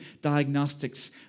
diagnostics